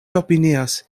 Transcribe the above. opinias